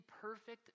perfect